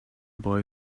boy